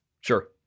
Sure